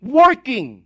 working